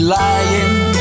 lying